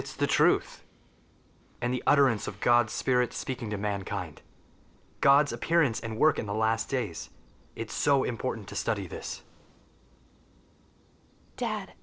it's the truth and the utterance of god's spirit speaking to mankind god's appearance and work in the last days it's so important to study this